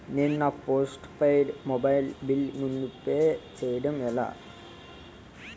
నేను నా postpaid mobile bill ముందే పే చేయడం ఎలా?